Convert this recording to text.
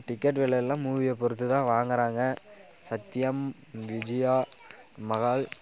ticket விலைல்லாம் மூவியை பொறுத்து தான் வாங்கறாங்க சத்யம் விஜயா மஹால்